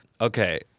Okay